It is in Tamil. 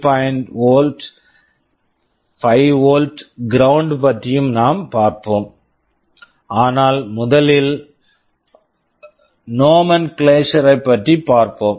3 volt volt 5 volt volt ground ground பற்றியும் நாம் பார்ப்போம் ஆனால் முதலில் நோமென்கிழேஷர் nomenclature ஐப் பற்றி பார்ப்போம்